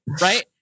right